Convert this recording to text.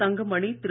Thangamani Thiru